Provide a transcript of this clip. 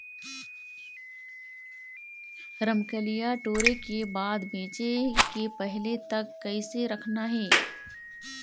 रमकलिया टोरे के बाद बेंचे के पहले तक कइसे रखना हे?